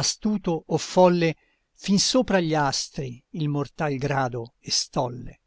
astuto o folle fin sopra gli astri il mortal grado estolle